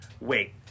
Wait